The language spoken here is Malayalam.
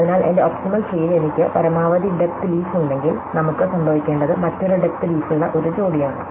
അതിനാൽ എന്റെ ഒപ്റ്റിമൽ ട്രീയിൽ എനിക്ക് പരമാവധി ഡെപ്ത് ലീഫ് ഉണ്ടെങ്കിൽ നമുക്ക് സംഭവിക്കേണ്ടത് മറ്റൊരു ഡെപ്ത് ലീഫുള്ള ഒരു ജോഡിയാണ്